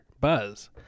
buzz